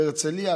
בהרצליה,